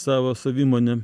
savo savimonę